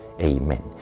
Amen